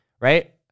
right